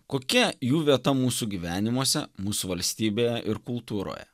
kokia jų vieta mūsų gyvenimuose mūsų valstybėje ir kultūroje